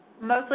mostly